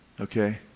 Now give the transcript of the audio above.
Okay